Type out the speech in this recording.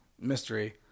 mystery